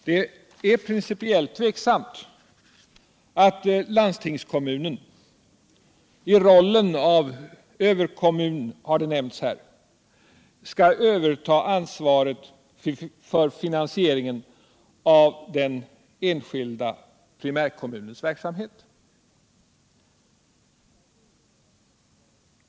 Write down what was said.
Det är principiellt tveksamt att en landstingskommun i rollen av överkommun, som det har nämnts här, skall överta ansvaret för finansieringen av de enskilda primärkommunernas verksamhet.